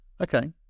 Okay